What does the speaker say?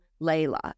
Layla